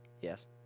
Yes